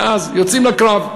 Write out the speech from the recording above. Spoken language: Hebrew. ואז יוצאים לקרב.